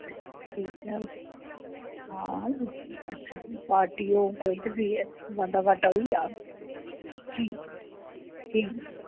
ठीक ऐ न हां अच्छा जे पार्टी होग कोई ते फ्ही असें बाद्धा घाटा होई जाह्ग ठीक ऐ ठीक ऐ